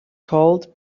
called